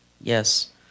Yes